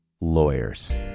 lawyers